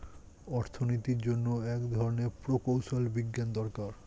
অর্থনীতির জন্য এক ধরনের প্রকৌশল বিজ্ঞান দরকার